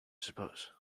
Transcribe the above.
suppose